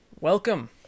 welcome